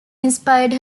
inspired